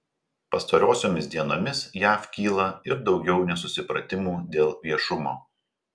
pastarosiomis dienomis jav kyla ir daugiau nesusipratimų dėl viešumo